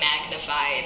magnified